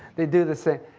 they do the same.